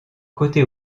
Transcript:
côté